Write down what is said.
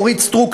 אורית סטרוק,